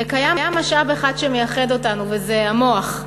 וקיים משאב אחד שמייחד אותנו, וזה המוח.